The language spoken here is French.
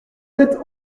faites